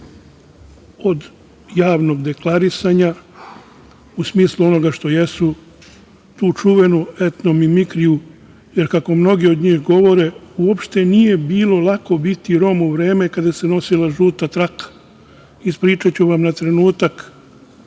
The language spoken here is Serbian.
od javnog deklarisanja u smislu onoga što jesu, tu čuvenu etno mimikriju, jer kako mnogi od njih govore - uopšte nije bilo lako biti Rom u vreme kada se nosila žuta traka. Ispričaću vam na trenutak